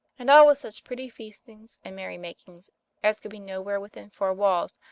and all with such pretty feastings and merry makings as could be nowhere within four walls,